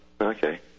Okay